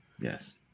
yes